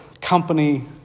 company